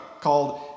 called